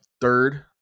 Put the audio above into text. third